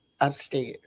upstairs